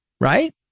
right